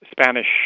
Spanish